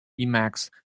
emacs